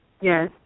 Yes